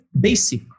basic